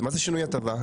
מה זה שינוי הטבה?